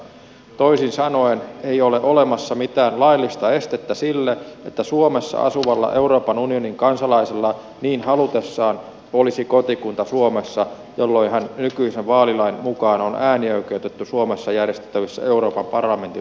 toisin sanoen ei ole olemassa mitään laillista estettä sille että suomessa asuvalla euroopan unionin kansalaisella niin halutessaan olisi kotikunta suomessa jolloin hän nykyisen vaalilain mukaan on äänioikeutettu suomessa järjestettävissä euroopan parlamentin vaaleissa